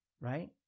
right